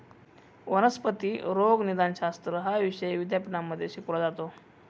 वनस्पती रोगनिदानशास्त्र हा विषय विद्यापीठांमध्ये शिकवला जातो